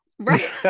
Right